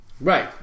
Right